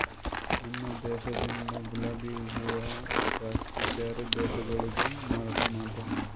ನಮ ದೇಶದಿಂದ್ ಗುಲಾಬಿ ಹೂವ ಜಾಸ್ತಿ ಬ್ಯಾರೆ ದೇಶಗೊಳಿಗೆ ಮಾರಾಟ ಮಾಡ್ತಾರ್